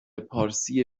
پارسی